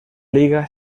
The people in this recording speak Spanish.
liga